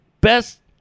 best